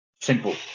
Simple